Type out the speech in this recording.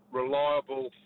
reliable